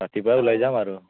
ৰাতিপুৱাই ওলাই যাম আৰু